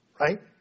right